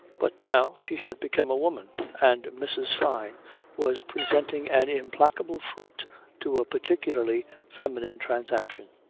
but now she had become a woman, and mrs. fyne was presenting an implacable front to a particularly feminine transaction.